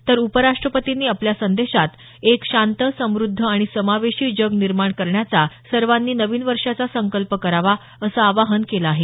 तर उपराष्ट्रपतींनी आपल्या संदेशात एक शांत समुद्ध आणि समावेशी जग निर्माण करण्याचा सर्वांनी नवीन वर्षाचा संकल्प करावा असं आवाहन केलं आहे